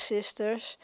Sisters